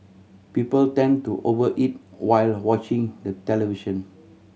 people tend to over eat while watching the television